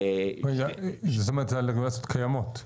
רגע, זאת אומרת זה על רגולציות קיימות.